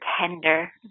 tender